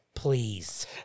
Please